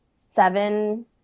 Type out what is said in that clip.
seven